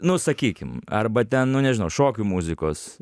nu sakykim arba ten nu nežinau šokių muzikos